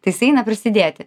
tai jis eina prisidėti